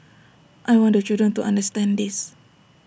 I want the children to understand this